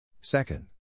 Second